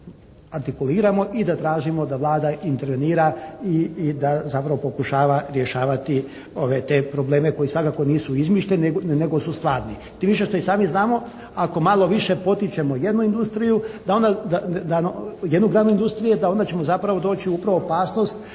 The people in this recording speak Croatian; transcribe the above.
ga artikuliramo i da tražimo da Vlada intervenira i da zapravo pokušava rješavati ove, te probleme koji svakako nisu izmišljeni nego su stvarni. Tim više što i sami znamo ako malo više potičemo jednu industriju da onda, jednu granu